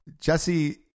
Jesse